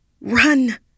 Run